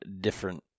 different